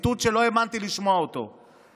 ציטוט שלא האמנתי ששמעתי אותו: